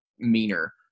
Meaner